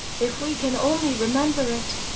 if we can only remember it.